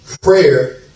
prayer